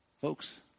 folks